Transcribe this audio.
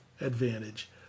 advantage